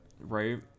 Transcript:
right